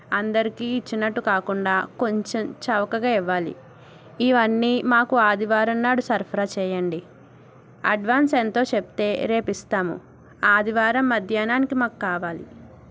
అందరికి ఇచ్చినట్టు కాకుండా కొంచెం చౌకగా ఇవ్వాలి ఇవన్నీ మాకు ఆదివారం నాడు సరఫరా చేయండి అడ్వాన్స్ ఎంతో చెప్తే రేపు ఇస్తాము ఆదివారం మధ్యాహ్నానికి మాకు కావాలి